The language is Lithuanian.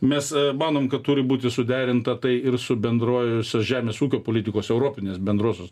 mes manom kad turi būti suderinta tai ir su bendruoju su žemės ūkio politikos europinės bendrosios